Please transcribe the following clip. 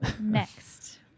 Next